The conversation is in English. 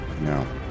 no